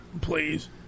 Please